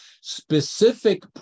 specific